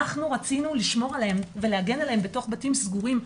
אנחנו רצינו לשמור ולהגן עליהם בתוך בתים סגורים,